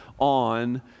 on